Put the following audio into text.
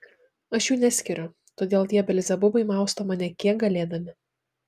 aš jų neskiriu todėl tie belzebubai mausto mane kiek galėdami